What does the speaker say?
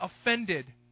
offended